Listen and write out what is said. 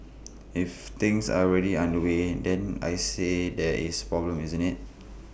if things are already underway then I say there is problem isn't IT